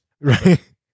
Right